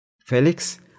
felix